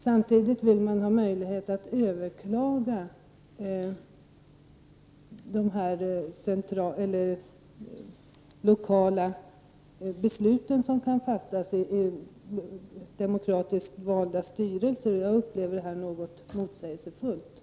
Samtidigt vill man ha möjlighet att överklaga de lokala beslut som kan fattas i demokratiskt valda styrelser. Jag upplever det som något motsägelsefullt.